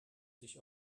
sich